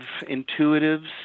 intuitives